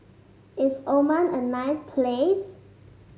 is Oman a nice place